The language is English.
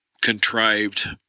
contrived